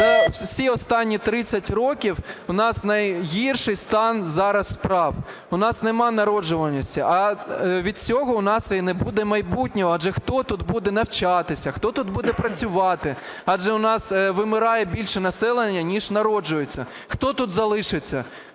За всі останні 30 років у нас найгірший стан зараз справ, у нас нема народжуваності, а від цього у нас і не буде майбутнього. Адже хто тут буде навчатися, хто тут буде працювати, адже у нас вимирає більше населення ніж народжується. Хто тут залишиться.